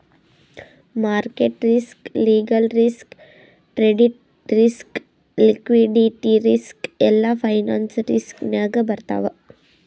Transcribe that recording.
market risk, legal risk, credit risk, liquidity risk ಎಲ್ಲಾ finance risk ನಾಗೆ ಬರ್ತಾವ್